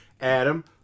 Adam